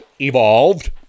evolved